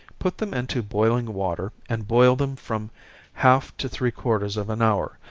put them into boiling water, and boil them from half to three quarters of an hour,